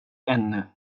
ännu